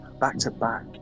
Back-to-back